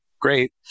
great